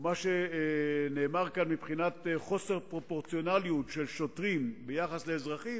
או מה שנאמר כאן מבחינת חוסר פרופורציונליות של שוטרים ביחס לאזרחים,